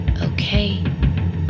Okay